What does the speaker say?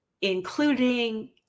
including